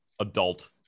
adult